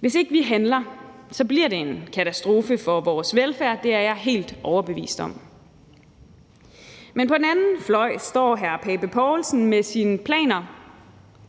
Hvis ikke vi handler, bliver det en katastrofe for vores velfærd. Det er jeg helt overbevist om. Men på den anden fløj står hr. Søren Pape Poulsen med sine planer